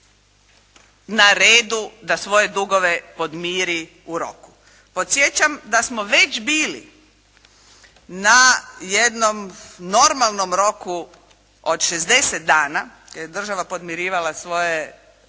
na redu da svoje dugove podmiri u roku. Podsjećam da smo već bili na jednom normalnom roku od 60 dana, jer je država podmirivala svoje